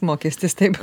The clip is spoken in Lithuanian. mokestis taip